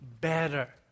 better